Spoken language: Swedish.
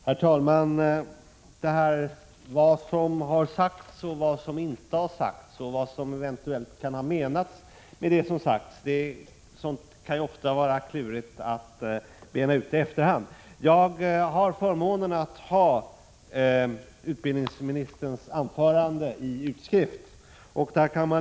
Herr talman! Vad som har sagts och vad som inte har sagts — och vad som eventuellt kan ha menats med det som sagts — kan ju ofta vara klurigt att bena uti efterhand. Jag har förmånen att här ha utbildningsministerns anförande i utskrift. På s.